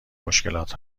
مشکلات